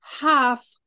half